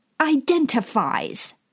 identifies